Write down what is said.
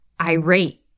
irate